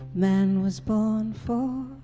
man was born for,